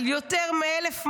על יותר מ-1,200,